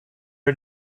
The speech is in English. are